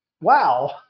wow